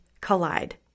collide